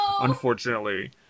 unfortunately